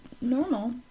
normal